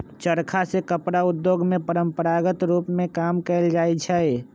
चरखा से कपड़ा उद्योग में परंपरागत रूप में काम कएल जाइ छै